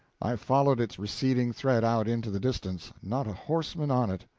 i followed its receding thread out into the distance not a horseman on it,